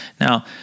Now